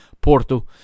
Porto